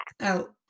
out